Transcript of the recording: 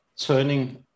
turning